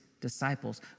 disciples